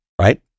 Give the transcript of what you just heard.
right